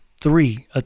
three